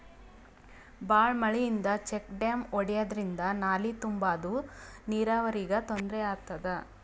ಭಾಳ್ ಮಳಿಯಿಂದ check dam ಒಡ್ಯಾದ್ರಿಂದ ನಾಲಿ ತುಂಬಾದು ನೀರಾವರಿಗ್ ತೊಂದ್ರೆ ಆತದ